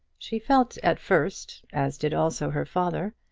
she felt at first, as did also her father,